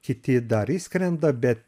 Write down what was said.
kiti dar išskrenda bet